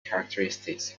characteristics